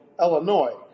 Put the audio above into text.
Illinois